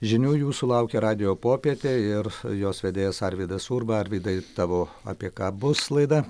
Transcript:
žinių jūsų laukia radijo popietė ir jos vedėjas arvydas urba arvydai tavo apie ką bus laida